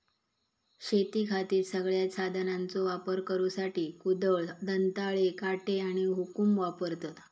शेतीखातीर सगळ्यांत साधनांचो वापर करुसाठी कुदळ, दंताळे, काटे आणि हुकुम वापरतत